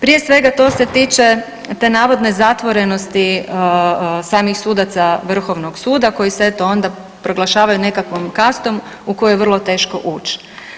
Prije svega to se tiče te navodne zatvorenosti samih sudaca Vrhovnog suda koji se eto onda proglašavaju nekakvom kastom u koju je vrlo teško ući.